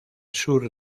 sur